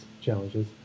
challenges